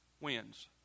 wins